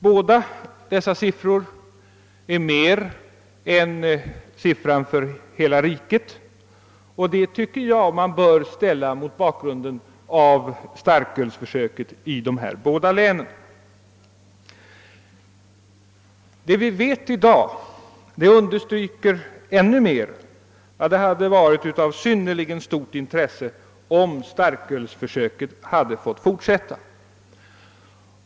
Båda dessa siffror överstiger siffran för hela riket, och det tycker jag man bör se mot bakgrunden av starkölsförsöket i ifrågavarande län. Vad vi vet i däg understryker ytterligare att det hade varit av synnerligen stort intresse om starkölsförsöket hade fått fortsätta.